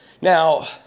Now